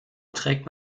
trägt